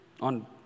on